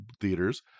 theaters